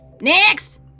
Next